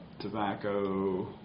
tobacco